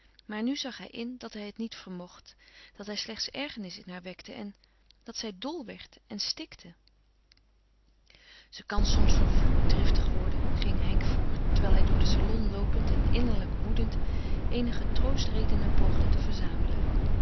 maar nu zag hij in dat hij het niet vermocht dat hij slechts ergernis in haar wekte en dat zij dol werd en stikte ze kan soms vervloekt driftig worden ging henk voort terwijl hij door den salon loopend en innerlijk woedend eenige troostredenen poogde te verzamelen